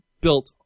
built